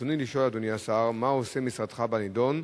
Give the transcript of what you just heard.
רצוני לשאול: 1. מה עושה משרדך בנדון?